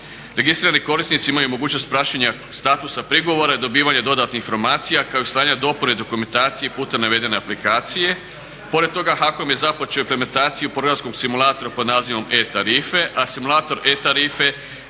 Registrirani korisnici imaju mogućnost praćenja statusa prigovora i dobivanja dodatnih informacija kao i stanja dopune dokumentacije putem navedene aplikacije. Pored toga HAKOM je započeo implementaciju … simulatora pod nazivom e-tarife, a simulator e-tarife